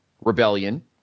Rebellion